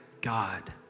God